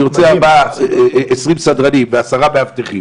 'אני רוצה 20 סדרנים ו-10 מאבטחים',